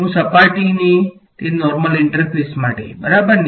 હું સપાટીને નોર્મલ તે ઇન્ટરફેસ માટે બરાબરને